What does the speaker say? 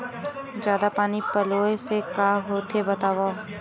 जादा पानी पलोय से का होथे बतावव?